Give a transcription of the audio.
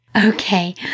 Okay